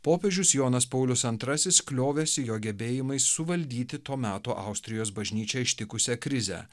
popiežius jonas paulius antrasis kliovėsi jo gebėjimais suvaldyti to meto austrijos bažnyčią ištikusią krizę